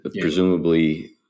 presumably